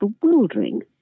bewildering